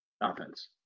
offense